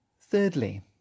thirdly